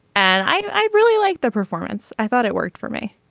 and i i really like the performance. i thought it worked for me.